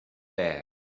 bare